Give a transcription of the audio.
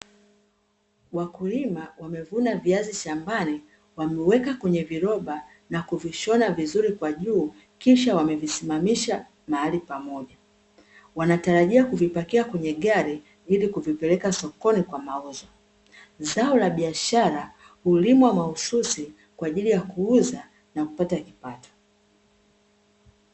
Wakulima wamevuna viazi shambani, wameweka kwenye viroba na kuvishona vizuri kwa juu, kisha wamevisimamisha mahali pamoja. Wanatarajia kuvipakia kwenye gari ili, kuvipeleka sokoni kwa mauzo. Zao la biashara hulimwa mahususi kwa ajili ya kuuza, na kupata kipato.